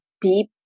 deep